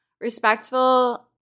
respectful